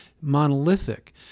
monolithic